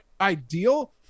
ideal